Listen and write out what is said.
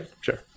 sure